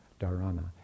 Dharana